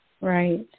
right